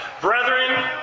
Brethren